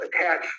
attach